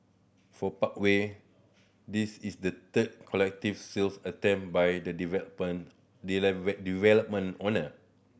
for Parkway this is the third collective sale attempt by the development owner